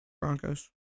Broncos